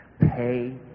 Pay